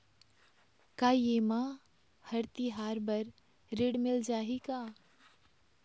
का ये मा हर तिहार बर ऋण मिल जाही का?